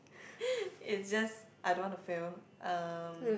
it just I don't want to fail um